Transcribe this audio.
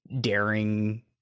daring